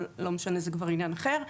אבל לא משנה זה כבר עניין אחר.